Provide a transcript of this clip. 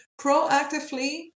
proactively